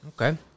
Okay